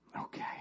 okay